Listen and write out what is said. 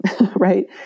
Right